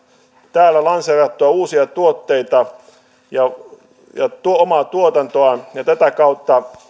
täällä lanseerattuja uusia tuotteita ja omaa tuotantoa tätä kautta